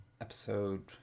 episode